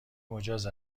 مجاز